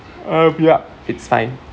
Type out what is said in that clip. um yup it's fine